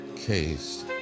case